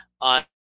on